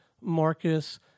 Marcus